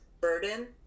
burden